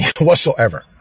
Whatsoever